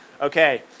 Okay